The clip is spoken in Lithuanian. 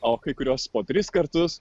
o kai kurios po tris kartus